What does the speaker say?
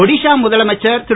ஒடிஷா முதலமைச்சர் திரு